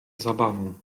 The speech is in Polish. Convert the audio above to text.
zabawą